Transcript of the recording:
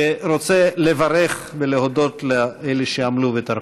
שרוצה לברך ולהודות לאלה שעמלו וטרחו.